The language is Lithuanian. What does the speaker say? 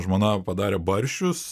žmona padarė barščius